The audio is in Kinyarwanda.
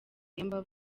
yemba